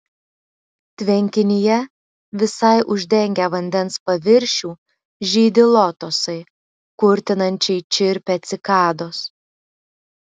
tvenkinyje visai uždengę vandens paviršių žydi lotosai kurtinančiai čirpia cikados